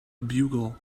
bugle